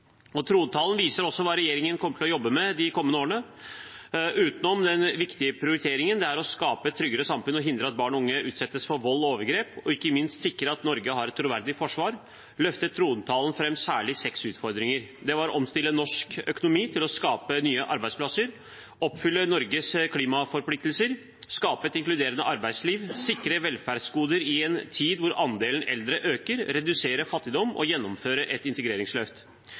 politikk. Trontalen viser også hva regjeringen kommer til å jobbe med de kommende årene. Utenom den viktige prioriteringen det er å skape et tryggere samfunn og hindre at barn og unge utsettes for vold og overgrep, og ikke minst sikre at Norge har et troverdig forsvar, løfter trontalen fram særlig seks utfordringer. Det er å omstille norsk økonomi til å skape nye arbeidsplasser, oppfylle Norges klimaforpliktelser, skape et inkluderende arbeidsliv, sikre velferdsgoder i en tid hvor andelen eldre øker, redusere fattigdom og gjennomføre et integreringsløft.